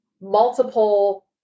multiple